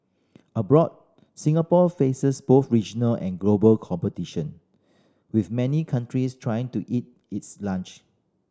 abroad Singapore faces both regional and global competition with many countries trying to eat its lunch